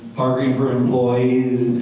parking for employees,